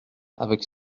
avec